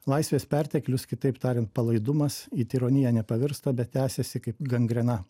laisvės perteklius kitaip tariant palaidumas į tironiją nepavirsta bet tęsiasi kaip gangrena